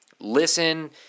listen